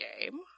game